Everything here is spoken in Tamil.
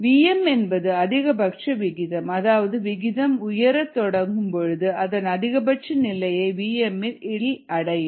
Vm என்பது அதிகபட்ச விகிதம் அதாவது விகிதம் உயரத் தொடங்கும் பொழுது அதன் அதிகபட்ச நிலையை vm இல் அடையும்